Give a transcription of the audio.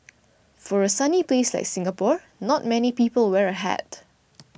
for a sunny place like Singapore not many people wear a hat